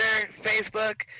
facebook